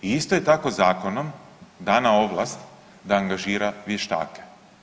I isto je tako zakonom dana ovlast da angažira vještake.